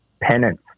penance